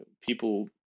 people